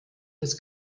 des